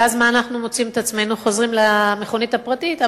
ואז אנחנו מוצאים את עצמנו חוזרים למכונית הפרטית,